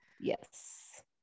Yes